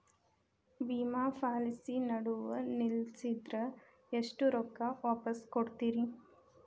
ವಿಮಾ ಪಾಲಿಸಿ ನಡುವ ನಿಲ್ಲಸಿದ್ರ ಎಷ್ಟ ರೊಕ್ಕ ವಾಪಸ್ ಕೊಡ್ತೇರಿ?